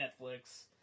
Netflix